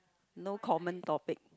no common topic